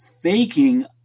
faking